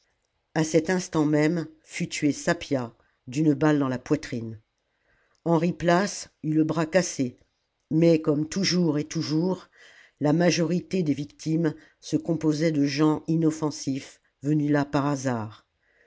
cet instant même fut tué sapia d'une balle dans la poitrine henri place eut le bras cassé mais comme toujours et toujours la majorité des victimes se composait de gens inoffensifs venus là par hasard